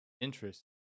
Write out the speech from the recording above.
Interesting